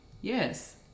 Yes